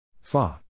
Fa